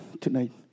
tonight